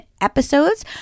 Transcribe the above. episodes